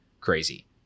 crazy